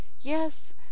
yes